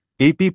AP